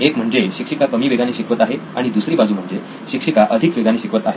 एक म्हणजे शिक्षिका कमी वेगाने शिकवत आहे आणि दुसरी बाजू म्हणजे शिक्षिका अधिक वेगाने शिकवत आहे